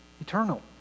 eternal